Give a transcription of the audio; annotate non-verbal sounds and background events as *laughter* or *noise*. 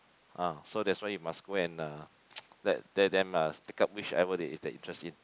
ah so that's why you must go and uh *noise* let let them uh pick up whichever they they interest in